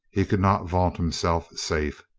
he could not vaunt himself safe.